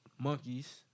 monkeys